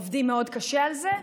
עובדים מאוד קשה על זה,